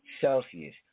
Celsius